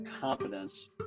confidence